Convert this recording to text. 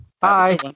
Bye